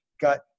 got